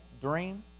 dream